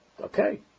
okay